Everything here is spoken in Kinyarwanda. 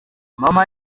mama